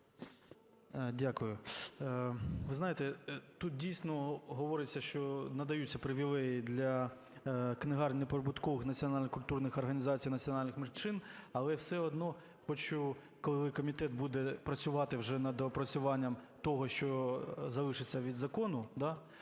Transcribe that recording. Дякую. Ви знаєте, тут дійсно говориться, що надаються привілеї для книгарень неприбуткових національно-культурних організацій, національних меншин. Але все одно хочу, коли комітет буде працювати вже над доопрацюванням того, що залишиться від закону,